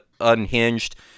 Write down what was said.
unhinged